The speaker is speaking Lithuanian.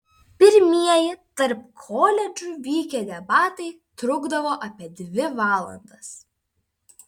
pirmieji tarp koledžų vykę debatai trukdavo apie dvi valandas